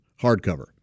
hardcover